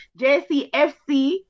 JCFC